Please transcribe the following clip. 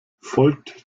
folgt